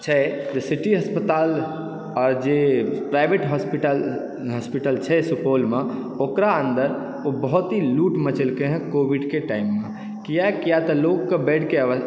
छै सिटी अस्पताल आओर जे प्राइवेट हॉस्पिटल हॉस्पिटल छै सुपौलमे ओकरा अन्दर ओ बहुत ही लूट मचेलकै हँ कोविडके टाइममे किया कियतऽ लोग बेड